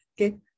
Okay